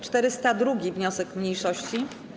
402. wniosek mniejszości.